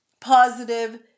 positive